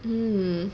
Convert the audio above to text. mm